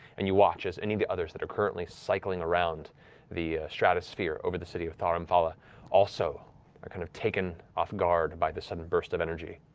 and you watch as any of the others that are currently cycling around the stratosphere over the city of thar amphala also are ah kind of taken off guard by the sudden burst of energy.